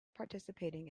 participating